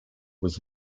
was